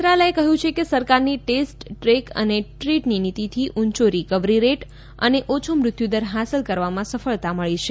મંત્રાલયે કહ્યું કે સરકારની ટેસ્ટ ટ્રેક અને ટ્રીટની નીતિથી ઉંચો રીકવરી દર અને ઓછી મૃત્યુદર હાંસલ કરવામાં સફળતા મળી છે